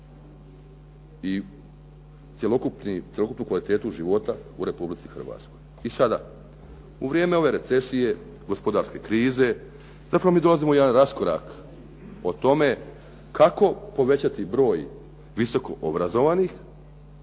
I cjelokupnu kvalitetu života u Republici Hrvatskoj. I sada u vrijeme ove recesije, gospodarske krize zapravo mi dolazimo u jedan raskorak o tome kako povećati broj visoko obrazovnih,